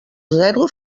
zero